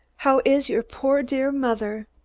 how is your poor dear mother?